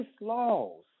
laws